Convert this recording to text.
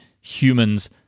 humans